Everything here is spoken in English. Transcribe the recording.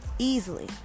Easily